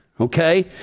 okay